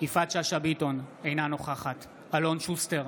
יפעת שאשא ביטון, אינה נוכחת אלון שוסטר,